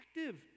active